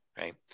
right